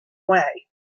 way